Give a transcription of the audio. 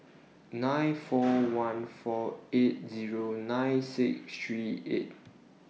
nine four one four eight Zero nine six three eight